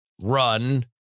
run